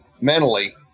mentally